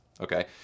Okay